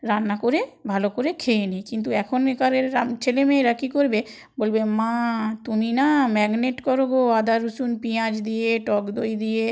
রান্না করে ভালো করে খেয়ে নিই কিন্তু এখনকারের ছেলে মেয়েরা কী করবে বলবে মা তুমি না ম্যাগনেট করো গো আদা রসুন পিঁয়াজ দিয়ে টক দই দিয়ে